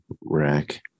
rack